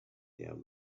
their